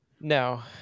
No